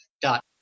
dot